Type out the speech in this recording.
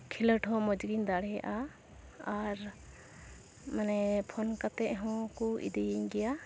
ᱠᱷᱮᱞᱳᱰ ᱦᱚᱸ ᱢᱚᱡᱽ ᱜᱮᱧ ᱫᱟᱲᱮᱭᱟᱜᱼᱟ ᱟᱨ ᱢᱟᱱᱮ ᱯᱷᱳᱱ ᱠᱟᱛᱮ ᱦᱚᱸ ᱦᱚᱠᱚ ᱤᱫᱤᱧ ᱜᱮᱭᱟ